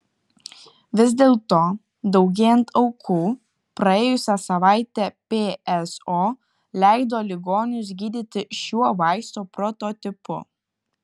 vis dėlto daugėjant aukų praėjusią savaitę pso leido ligonius gydyti šiuo vaisto prototipu